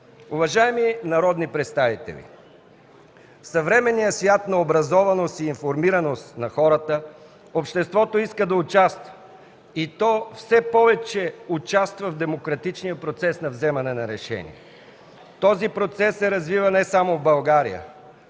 Уважаеми народни представители, в съвременния свят на образованост и информираност на хората обществото иска да участва и все повече участва в демократичния процес на вземане на решения. Този процес се развива не само в България.